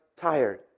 tired